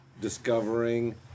discovering